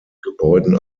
gebäuden